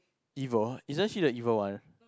evil isn't she the evil one